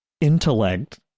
intellect